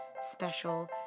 special